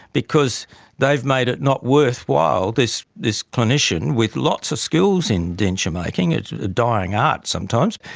because they've made it not worthwhile, this this clinician, with lots of skills in denture-making, it's a dying art sometimes,